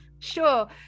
Sure